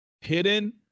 hidden